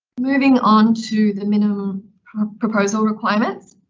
moving on to the minimum proposal requirements,